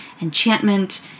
enchantment